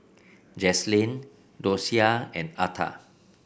Jaslyn Dosia and Arta